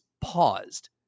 paused